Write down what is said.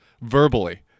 verbally